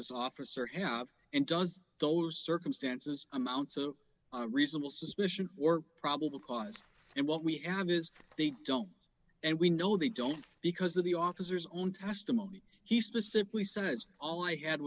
this officer have and does those circumstances amount to a reasonable suspicion or probable cause and what we have is they don't and we know they don't because of the officers own testimony he specifically says all i had